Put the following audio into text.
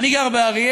אני גר באריאל,